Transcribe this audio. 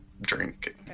drink